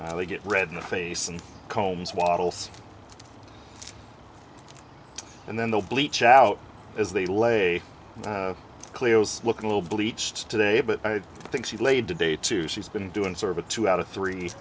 they get red in the face and combs wattles and then they'll bleach out as they lay close looking a little bleached today but i think she laid today too she's been doing sort of a two out of three